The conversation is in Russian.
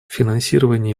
финансирование